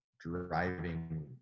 driving